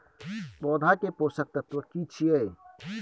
पौधा के पोषक तत्व की छिये?